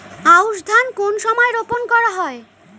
আউশ ধান কোন সময়ে রোপন করা হয়?